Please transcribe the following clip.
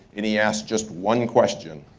and he asked just one question.